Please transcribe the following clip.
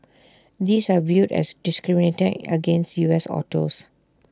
these are viewed as discriminating against U S autos